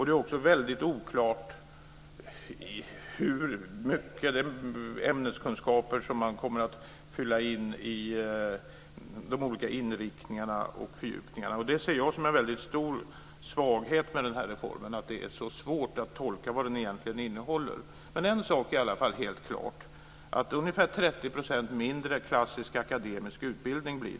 Det är också väldigt oklart hur mycket ämneskunskap man kommer att fylla på med när det gäller de olika inriktningarna och fördjupningarna. Att det är så svårt att tolka vad den egentligen innehåller ser jag som en väldigt stor svaghet med denna reform. Men en sak är i alla fall helt klar.